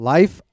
Life